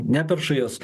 neperšu jos